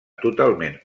totalment